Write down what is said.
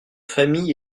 famille